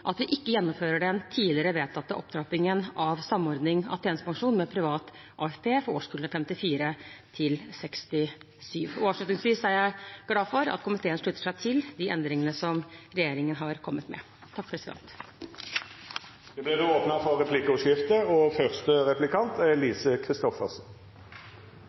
at vi ikke gjennomfører den tidligere vedtatte opptrappingen av samordning av tjenestepensjon med privat AFP for årskullene 1954 til 1967. Avslutningsvis er jeg glad for at komiteen slutter seg til de endringene som regjeringen har kommet med. Det vert replikkordskifte. Første kull med pensjon etter ny folketrygd er født i 1954, og de nye reglene er